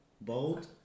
bold